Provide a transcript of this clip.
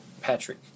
Patrick